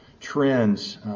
trends